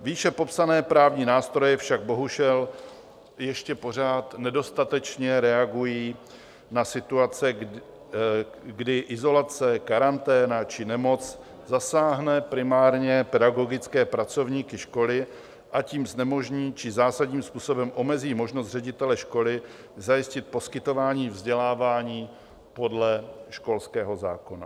Výše popsané právní nástroje však bohužel ještě pořád nedostatečně reagují na situace, kdy izolace, karanténa či nemoc zasáhne primárně pedagogické pracovníky školy a tím znemožní či zásadním způsobem omezí možnost ředitele školy zajistit poskytování vzdělávání podle školského zákona.